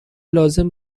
لازم